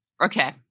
Okay